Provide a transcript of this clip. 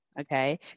Okay